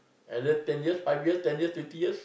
another ten years five years ten years twenty years